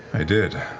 i did.